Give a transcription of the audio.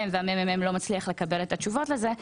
והמ.מ.מ לא מצליח לקבל את התשובות לזה,